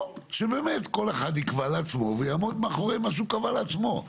או שבאמת כל אחד יקבע לעצמו ויעמוד מאחורי מה שהוא קבע לעצמו.